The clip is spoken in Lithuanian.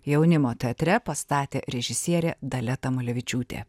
jaunimo teatre pastatė režisierė dalia tamulevičiūtė